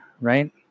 right